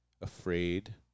afraid